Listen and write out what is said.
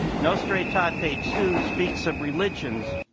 nostra aetate ah aetate two speaks of religions.